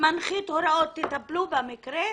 מנחית הוראות לטפל במקרה,